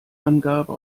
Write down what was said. angabe